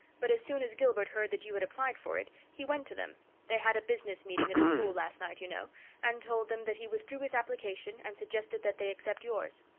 but as soon as gilbert heard that you had applied for it he went to them they had a business meeting at the school last night, you know and told them that he withdrew his application, and suggested that they accept yours.